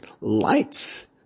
lights